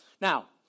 Now